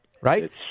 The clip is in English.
Right